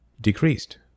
decreased